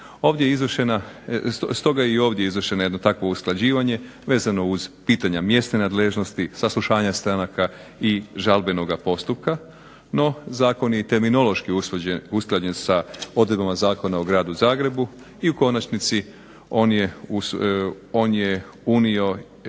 stoga je i ovdje izvršeno jedno takvo usklađivanje vezano uz pitanja mjesne nadležnosti, saslušanja stranaka i žalbenog postupka. No zakon je i terminološki usklađen sa odredbama Zakona o Gradu Zagrebu i u konačnici on je unio